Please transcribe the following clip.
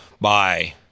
Bye